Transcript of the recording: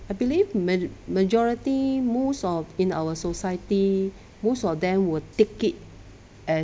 I believe ma~ majority most of in our society most of them will take it uh